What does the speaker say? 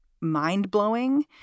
mind-blowing